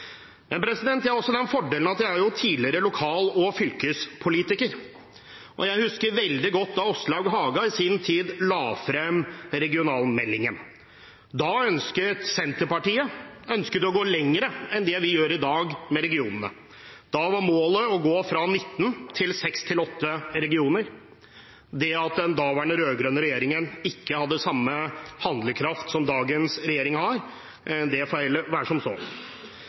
Men jeg har også den fordelen at jeg er tidligere lokal- og fylkespolitiker, og jeg husker veldig godt da Åslaug Haga i sin tid la frem regionalmeldingen. Da ønsket Senterpartiet å gå lenger enn det vi gjør i dag med regionene. Da var målet å gå fra 19 til 6–8 regioner. Det at den daværende rød-grønne regjeringen ikke hadde samme handlekraft som dagens regjering har, får heller være. Jeg har som